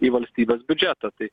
į valstybės biudžetą tai